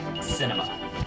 Cinema